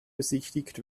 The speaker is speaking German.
besichtigt